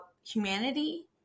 humanity